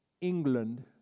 England